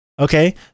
Okay